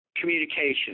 communication